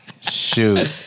Shoot